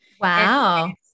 Wow